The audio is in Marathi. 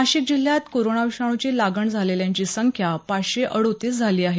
नाशिक जिल्ह्यात कोरोनाविषाणूची लागण झालेल्यांची संख्या पाचशे अडोतीस झाली आहे